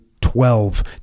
twelve